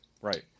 right